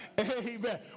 Amen